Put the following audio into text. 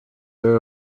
are